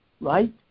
right